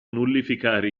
nullificare